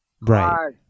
Right